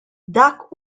dak